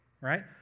right